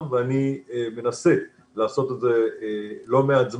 ואני מנסה לעשות את זה לא מעט זמן,